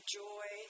joy